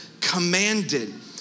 commanded